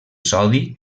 sodi